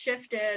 shifted